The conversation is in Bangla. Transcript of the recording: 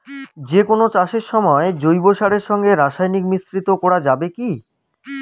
যে কোন চাষের সময় জৈব সারের সঙ্গে রাসায়নিক মিশ্রিত করা যাবে কি?